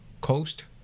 coast